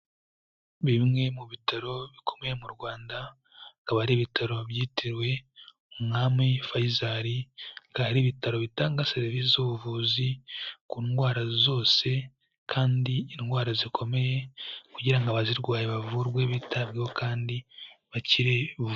Bimwe mu bitaro bikomeye mu Rwanda, akaba ari ibitaro byitiriwe Umwami Faisal, akaba ari ibitaro bitanga serivisi z'ubuvuzi ku ndwara zose kandi indwara zikomeye, kugira ngo abazirwaye bavurwe, bitabweho kandi bakire vuba.